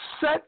set